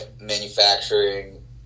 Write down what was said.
manufacturing